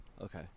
okay